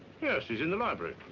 yes, he's in the library.